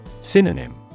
Synonym